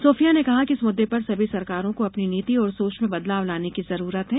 Sophia ने कहा कि इस मुददे पर सभी सरकारों को अपनी नीति और सोच में बदलाव लाने की जरूरत है